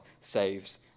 saves